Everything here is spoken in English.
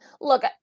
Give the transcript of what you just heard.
look